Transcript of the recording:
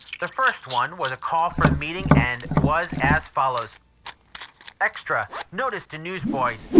the first one was a call for a meeting and was as follows extra! notice to newsboys!